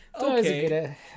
okay